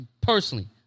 personally